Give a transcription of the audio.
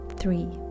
three